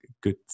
good